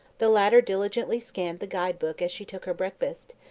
the latter diligently scanned the guide-book as she took her breakfast,